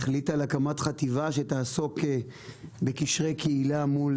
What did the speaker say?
החליט על הקמת חטיבה שתעסוק בקשרי קהילה מול